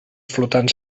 flotants